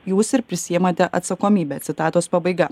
jūs ir prisiemate atsakomybę citatos pabaiga